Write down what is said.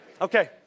Okay